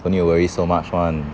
don't need to worry so much [one]